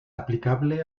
aplicable